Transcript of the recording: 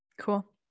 Cool